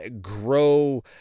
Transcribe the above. grow